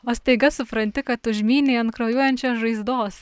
o staiga supranti kad užmynei ant kraujuojančios žaizdos